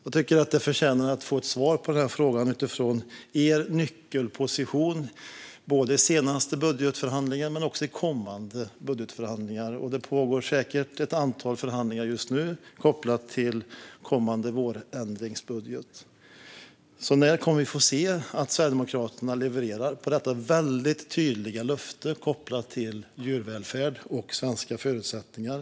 Vi förtjänar att få ett svar på detta utifrån er nyckelposition vid både höstens och kommande budgetförhandlingar. Det pågår säkert ett antal förhandlingar just nu kopplat till vårändringsbudgeten. När kommer vi att se att Sverigedemokraterna levererar på detta tydliga löfte kopplat till djurvälfärd och svenska förutsättningar?